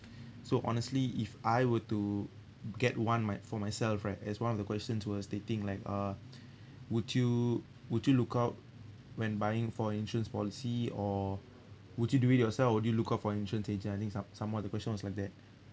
so honestly if I were to get one my~ for myself right as one of the questions was stating like uh would you would you lookout when buying for insurance policy or would you do it yourself or do you look out for insurance agent I think some some what the questions was like that